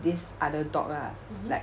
this other dog lah like